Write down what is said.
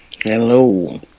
Hello